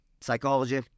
psychology